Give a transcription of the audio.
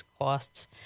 costs